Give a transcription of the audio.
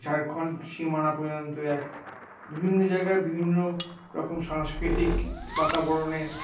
ঝাড়খন্ড সীমানা পর্যন্ত এক বিভিন্ন জায়গার বিভিন্ন রকম সাংস্কৃতিক বাতাবরণে